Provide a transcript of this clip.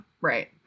right